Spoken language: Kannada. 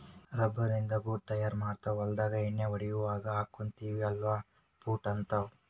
ರಬ್ಬರ್ ನಿಂದ ಬೂಟ್ ತಯಾರ ಮಾಡ್ತಾರ ಹೊಲದಾಗ ಎಣ್ಣಿ ಹೊಡಿಯುವಾಗ ಹಾಕ್ಕೊತೆವಿ ಅಲಾ ಬೂಟ ಹಂತಾವ